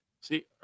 See